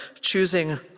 choosing